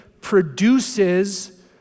produces